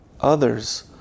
others